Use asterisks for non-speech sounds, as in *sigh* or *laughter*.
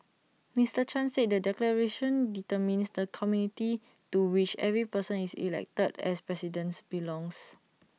Mister chan said the declaration determines the community to which every person is elected as presidents belongs *noise*